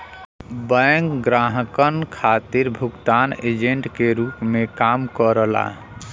bank ग्राहकन खातिर भुगतान एजेंट के रूप में काम करला